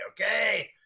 okay